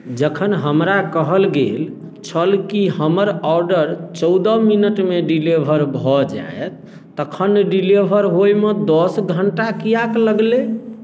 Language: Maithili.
जखन हमरा कहल गेल छल कि हमर ऑडर चौदह मिनटमे डिलेवर भऽ जाएत तखन डिलेवर होइमे दस घण्टा किएक लगलै